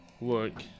look